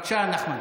בבקשה, נחמן.